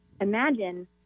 imagine